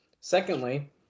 Secondly